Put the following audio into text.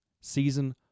Season